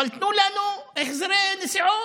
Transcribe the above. אבל תנו לנו החזרי נסיעות,